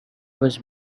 was